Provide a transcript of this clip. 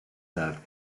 served